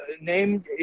named